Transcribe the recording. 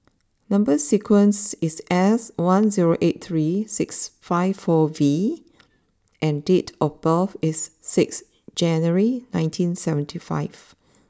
number sequence is S one zero eight three six five four V and date of birth is six January nineteen seventy five